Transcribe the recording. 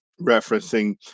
referencing